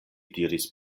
diris